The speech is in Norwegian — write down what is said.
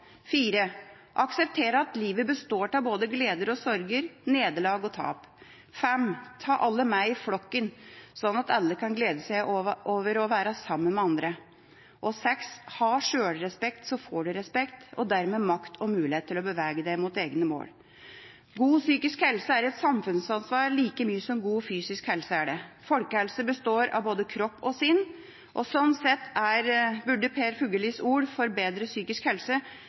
at livet består av både gleder og sorger, nederlag og tap. Ta alle med i «flokken», slik at alle kan glede seg over å være sammen med andre. Ha sjølrespekt, så får du respekt og dermed makt og mulighet til å bevege deg mot egne mål. God psykisk helse er et samfunnsansvar like mye som god fysisk helse er det. Folkehelse består av både kropp og sinn. Slik sett burde Per Fugellis ord for bedre psykisk helse